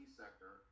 sector